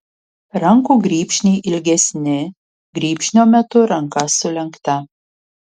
rankų grybšniai ilgesni grybšnio metu ranka sulenkta